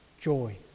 joy